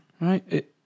right